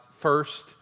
first